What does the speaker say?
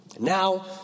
Now